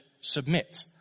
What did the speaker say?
submit